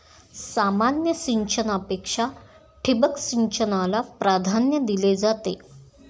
सामान्य सिंचनापेक्षा ठिबक सिंचनाला प्राधान्य दिले जाते